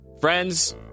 friends